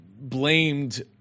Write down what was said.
blamed